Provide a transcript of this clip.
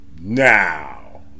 Now